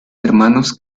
hermanos